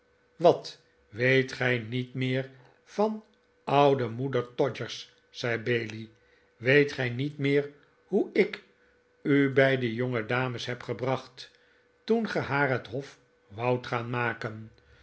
wat weet gij niet meer van oude moeder todgers zei bailey r weet gij niet meer hoe ik u bij de jongedames heb gebracht toen ge haar het hof woudt gaan maken